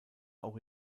auch